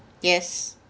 yes